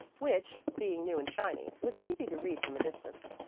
which, being new and shiny, was easy to read from a distance.